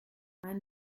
mein